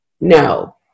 No